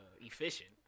efficient